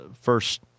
first